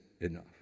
enough